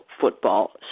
football